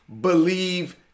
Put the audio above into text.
believe